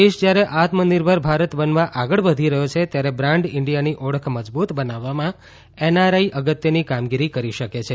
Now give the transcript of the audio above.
દેશ જયારે આત્મનિર્ભર ભારત બનવા આગળ વધી રહયો છે ત્યારે બ્રાન્ડ ઇન્ડિયાની ઓળખ મજબુત બનાવવામાં એનઆરઆઇ અગત્યની કામગીરી કરી શકે છે